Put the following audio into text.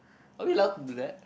are we allowed to do that